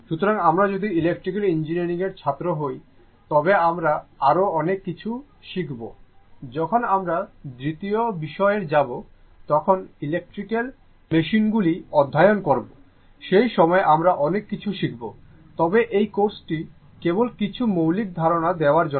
সুতরাং আমরা যদি ইলেকট্রিক্যাল ইঞ্জিনিয়ারিং এর ছাত্র হই তবে আমরা আরও অনেক কিছু শিখব যখন আমরা দ্বিতীয় বর্ষের যাব তখন ইলেকট্রিক্যাল মেশিনগুলি অধ্যয়ন করব সেই সময় আমরা অনেক কিছু শিখব তবে এই কোর্সটি কেবল কিছু মৌলিক ধারণা দেওয়ার জন্য